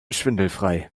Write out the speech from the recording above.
schwindelfrei